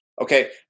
okay